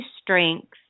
strength